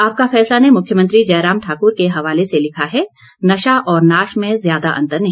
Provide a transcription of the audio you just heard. आपका फैसला ने मुख्यमंत्री जयराम ठाकुर के हवाले से लिखा है नशा और नाश में ज्यादा अंतर नहीं